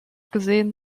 gesehen